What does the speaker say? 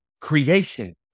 creation